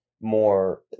more